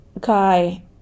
Guy